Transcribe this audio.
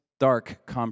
dark